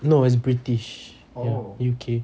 no it's british ya U_K